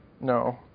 No